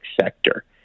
sector